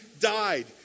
died